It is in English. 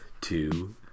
two